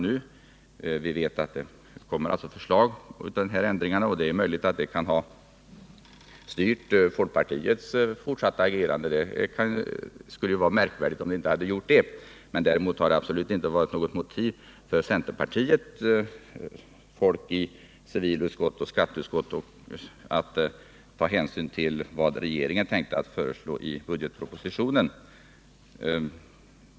Men vi vet att det i den kommer förslag om dessa ändringar. Det är möjligt att detta kan ha styrt folkpartiets fortsatta agerande — det skulle vara märkvärdigt om det inte hade gjort det. Däremot har det absolut inte funnits någon anledning för centerpartiets ledamöter i civilutskottet och finansutskottet att ta hänsyn till vad regeringen tänker föreslå i budgetpropositionen.